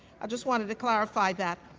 i just wanted to clarify that.